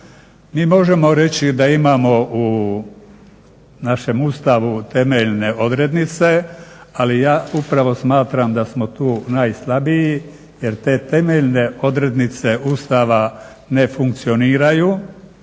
Mi možemo reći da imamo u našem Ustavu temeljne odrednice, ali ja upravo smatram da smo tu najslabiji jer te temeljne odrednice Ustava ne funkcioniraju